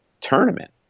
tournament